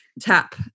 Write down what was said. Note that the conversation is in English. tap